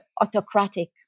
autocratic